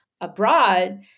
abroad